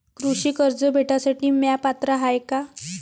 कृषी कर्ज भेटासाठी म्या पात्र हाय का?